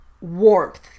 warmth